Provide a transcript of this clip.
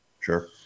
Sure